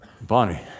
Bonnie